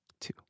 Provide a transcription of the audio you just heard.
Two